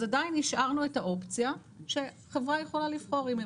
אז עדיין השארנו את האופציה שחברה יכולה לבחור אם היא